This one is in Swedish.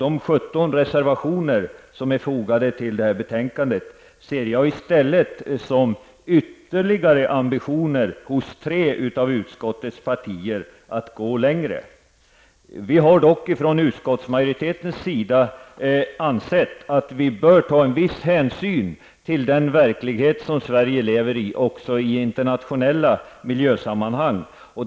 De 17 reservationer som är fogade till detta betänkande ser jag i stället som ytterligare ambitioner hos tre av utskottets partier att gå längre. Vi har dock från utskottsmajoritetens sida ansett att vi bör ta en viss hänsyn till den verklighet som Sverige lever i också i internationella miljösammanhang.